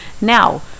now